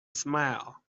smile